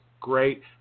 great